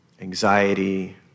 anxiety